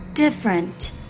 Different